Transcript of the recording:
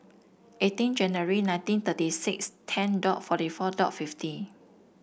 eighteen January nineteen thirty six ten dot forty four dot fifty